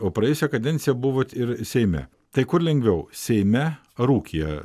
o praėjusią kadenciją buvot ir seime tai kur lengviau seime ar ūkyje